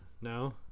No